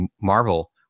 Marvel